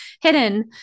hidden